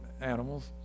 animals